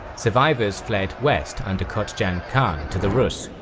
survivors fled west under kotjan khan to the rus,